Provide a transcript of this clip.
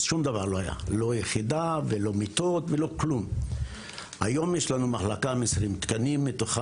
שרוצים לקדם ובאמת יש מוטיבציה טובה